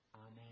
amen